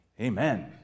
Amen